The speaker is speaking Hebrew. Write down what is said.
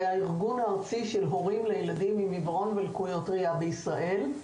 הארגון הארצי של הורים לילדים עם עיוורון ולקויות ראייה בישראל.